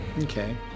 Okay